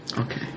Okay